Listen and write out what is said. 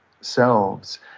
selves